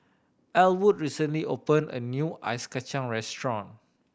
Ellwood recently open a new ice kacang restaurant